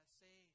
say